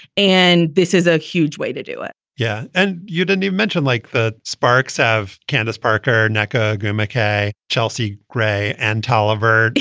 and this is a huge way to do it yeah, and you didn't have mentioned like the sparks of candace parker. nick ah grimm okay. chelsea gray and tolliver.